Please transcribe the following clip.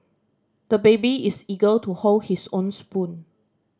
the baby is eager to hold his own spoon